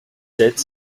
sept